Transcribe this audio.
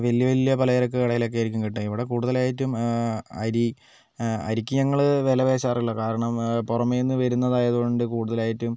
വലിയ വലിയ പലചരക്ക് കടയിലൊക്കെ ആയിരിക്കും കിട്ടുക ഇവിടെ കൂടുതലായിട്ടും അരി അരിക്ക് ഞങ്ങൾ വിലപേശാറില്ല കാരണം പുറമേനിന്ന് വരുന്നതായതുകൊണ്ട് കൂടുതലായിട്ടും